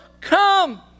come